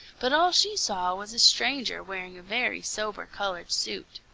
but all she saw was a stranger wearing a very sober-colored suit.